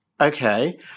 Okay